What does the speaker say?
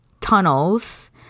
tunnels